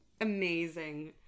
amazing